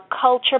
culture